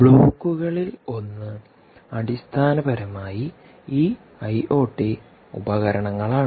ബ്ലോക്കുകളിലൊന്ന് അടിസ്ഥാനപരമായി ഈ ഐഒടി ഉപകരണങ്ങൾ ആണ്